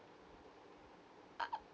uh